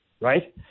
right